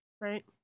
Right